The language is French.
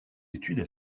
études